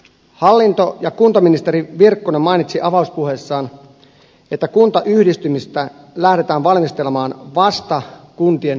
hallinto ja kuntaministeri virkkunen mainitsi avauspuheessaan että kuntayhdistymistä lähdetään valmistelemaan vasta kuntien kuulemisen jälkeen